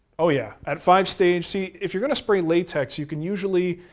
oh yeah, at five stage, see, if you're going to spray latex you can usually.